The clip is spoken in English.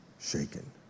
shaken